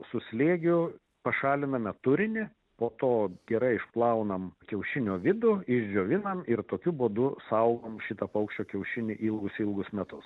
su slėgiu pašaliname turinį po to gerai išplaunam kiaušinio vidų išdžiovinam ir tokiu būdu saugom šitą paukščio kiaušinį ilgus ilgus metus